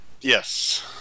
yes